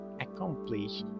accomplish